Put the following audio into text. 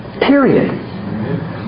Period